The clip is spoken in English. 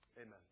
Amen